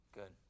Good